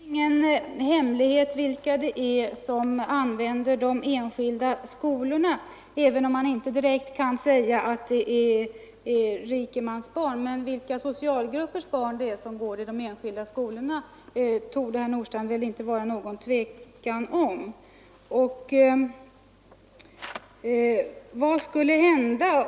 Herr talman! Det är väl ingen hemlighet vilka det är som använder de enskilda skolorna, även om man inte direkt kan säga att det är rikemansbarn. Vilka socialgruppers barn det är som går i enskilda skolor torde det, herr Nordstrandh, inte vara något tvivel om.